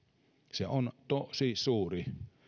se on tosi suuri